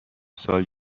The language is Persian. سال